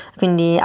quindi